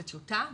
זו טיוטה,